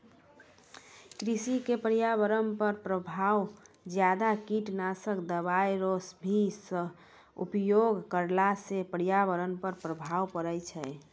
कृषि से पर्यावरण पर प्रभाव ज्यादा कीटनाशक दवाई रो भी उपयोग करला से पर्यावरण पर प्रभाव पड़ै छै